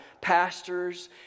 pastors